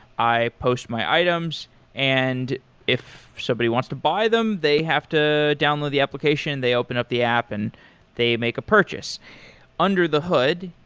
i post my items and if somebody wants to buy them, they have to download the application, they open up the app and they make a purchase under the hood,